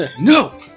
no